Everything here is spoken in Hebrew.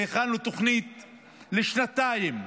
והכנו תוכנית לשנתיים,